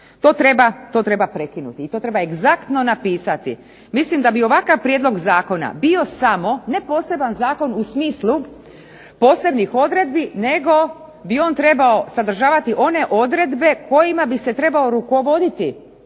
To treba prekinuti i to treba egzaktno napisati. Mislim da bi ovakav prijedlog zakona bio samo ne poseban zakon u smislu posebnih odredbi, nego bi on trebao sadržavati one odredbe kojima bi se trebao rukovoditi